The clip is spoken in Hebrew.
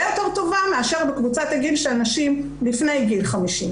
יותר טובה מאשר בקבוצת הגיל של נשים לפני גיל 50,